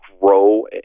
grow